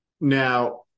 Now